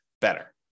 better